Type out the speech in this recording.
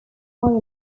north